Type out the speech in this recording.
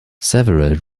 several